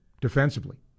defensively